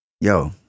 Yo